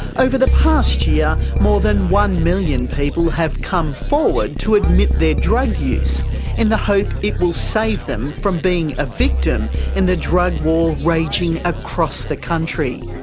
over the past year, more than one million people have come forward to admit their drug use in the hope it will save them from being a victim in the drug war raging across the country.